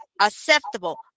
acceptable